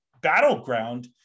battleground